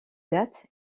date